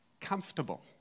comfortable